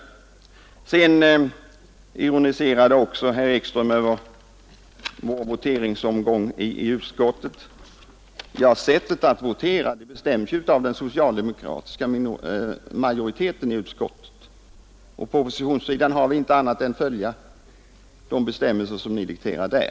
Herr Ekström ironiserade också över vår voteringsomgång i utskottet. Men sättet att votera bestäms ju av den socialdemokratiska majoriteten i utskottet, och på oppositionssidan har vi inte annat än att följa de bestämmelser som ni dikterar.